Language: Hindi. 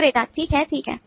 विक्रेता ठीक है ठीक है